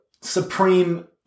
supreme –